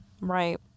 Right